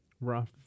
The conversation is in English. rough